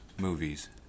movies